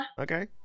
Okay